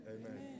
Amen